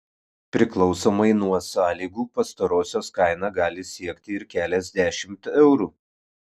priklausomai nuo sąlygų pastarosios kaina gali siekti ir keliasdešimt eurų